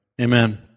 Amen